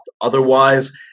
Otherwise